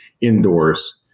indoors